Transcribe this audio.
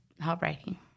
heartbreaking